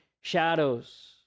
shadows